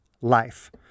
life